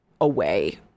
away